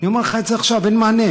אני אומר לך את זה עכשיו, אין מענה.